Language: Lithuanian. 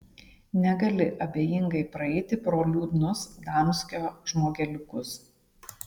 negali abejingai praeiti pro liūdnus damskio žmogeliukus